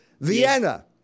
Vienna